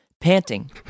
Panting